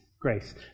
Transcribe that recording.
grace